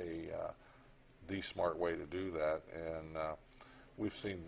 a the smart way to do that and we've seen